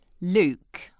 Luke